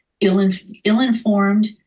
ill-informed